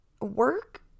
work